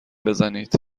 بزنید